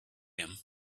him